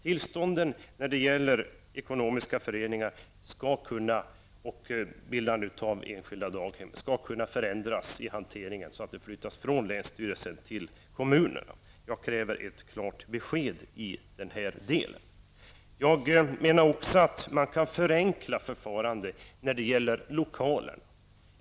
Tillståndsgivningen när det gäller ekonomiska föreningar och bildande av enskilda daghem skall kunna flyttas från länsstyrelsen till kommunerna. Jag kräver ett klart besked i den frågan. Jag menar också att man kan förenkla förfarandet när det gäller lokaler.